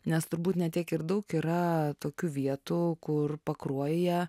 nes turbūt ne tiek ir daug yra tokių vietų kur pakruojyje